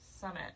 summit